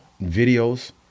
videos